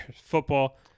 football